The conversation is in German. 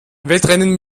wettrennen